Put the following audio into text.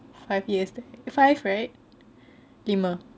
five years five right lima